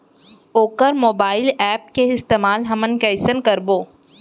वोकर mobile app के इस्तेमाल हमन कइसे करबो?